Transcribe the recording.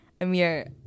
amir